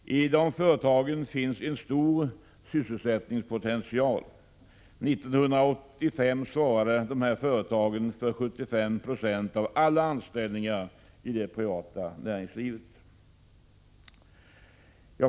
I dessa företag finns en stor sysselsättningspotential. År 1985 svarade de för 75 96 av alla anställningar i det privata näringslivet.